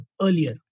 earlier